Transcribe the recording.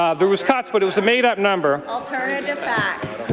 ah there was cuts but it was a made-up number. alternative facts.